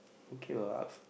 okay what ups